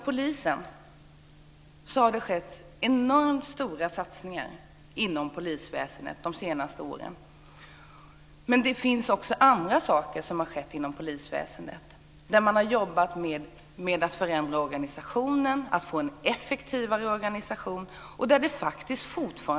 Det har gjorts enormt stora satsningar på polisen under de senaste åren. Men det har också skett andra saker inom polisväsendet. Man har jobbat med att förändra organisationen för att göra den effektivare, men det finns fortfarande mycket kvar att göra.